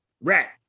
rat